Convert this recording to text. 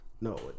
No